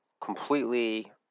completely